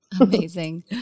Amazing